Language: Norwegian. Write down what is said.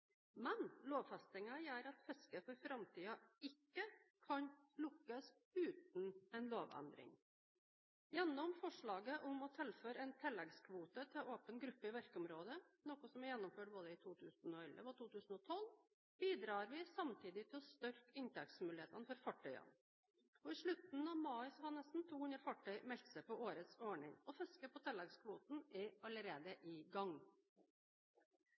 men lovfestingen gjør at fisket for framtiden ikke kan lukkes uten en lovendring. Gjennom forslaget om å tilføre en tilleggskvote til åpen gruppe i virkeområdet – noe som er gjennomført både i 2011 og 2012 – bidrar vi samtidig til å styrke inntektsmulighetene for fartøyene. I slutten av mai hadde nesten 200 fartøy meldt seg på årets ordning, og fisket på tilleggskvoten er allerede i gang.